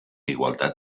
igualtat